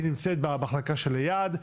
היא נמצאת במחלקה שליד,